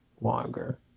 longer